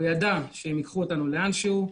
הוא ידע שהם ייקחו אותנו לאן שהוא,